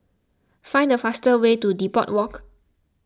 find the fastest way to Depot Walk